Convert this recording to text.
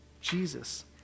Jesus